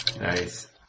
Nice